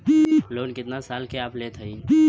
Loan कितना खाल के आप लेत हईन?